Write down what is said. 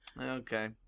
okay